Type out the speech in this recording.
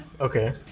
Okay